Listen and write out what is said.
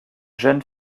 jeune